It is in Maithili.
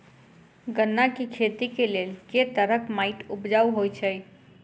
गन्ना केँ खेती केँ लेल केँ तरहक माटि उपजाउ होइ छै?